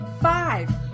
five